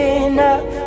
enough